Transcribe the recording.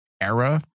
era